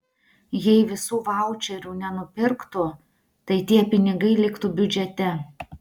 jei visų vaučerių nenupirktų tai tie pinigai liktų biudžete